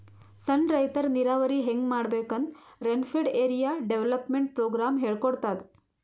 ಸಣ್ಣ್ ರೈತರ್ ನೀರಾವರಿ ಹೆಂಗ್ ಮಾಡ್ಬೇಕ್ ಅಂತ್ ರೇನ್ಫೆಡ್ ಏರಿಯಾ ಡೆವಲಪ್ಮೆಂಟ್ ಪ್ರೋಗ್ರಾಮ್ ಹೇಳ್ಕೊಡ್ತಾದ್